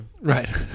right